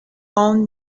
own